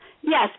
Yes